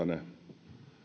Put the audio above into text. ne